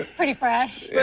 ah pretty fast.